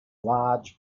large